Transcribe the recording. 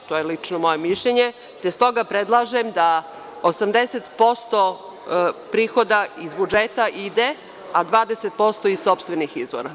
To je lično moje mišljenje i stoga predlažem da 80% prihoda iz budžeta ide, a 20% iz sopstvenih izvora.